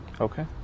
Okay